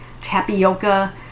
Tapioca